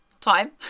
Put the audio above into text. time